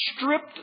stripped